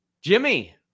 Jimmy